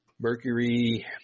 Mercury